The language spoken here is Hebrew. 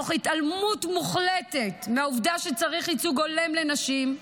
תוך התעלמות מוחלטת מהעובדה שצריך ייצוג הולם לנשים,